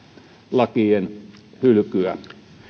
lakien hylkyä